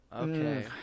Okay